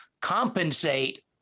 compensate